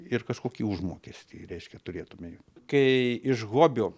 ir kažkokį užmokestį reiškia turėtumei kai iš hobio